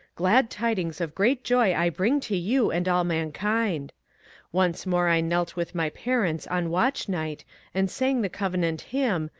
glad tidings of great joy i bring to you and all mankind once more i knelt with my parents on watch night and sang the covenant hymn,